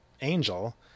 Angel